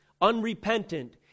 unrepentant